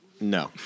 No